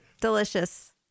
Delicious